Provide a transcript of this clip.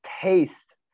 taste